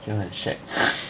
结婚很 shag